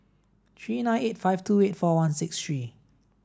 three nine eight five two eight four one six three